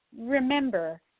remember